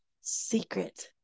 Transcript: secret